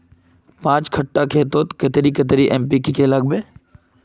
पाँच कट्ठा खेतोत कतेरी कतेरी एन.पी.के के लागबे?